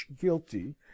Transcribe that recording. guilty